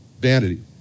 Vanity